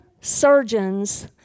surgeons